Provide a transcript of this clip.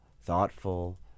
thoughtful